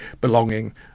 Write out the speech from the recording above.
belonging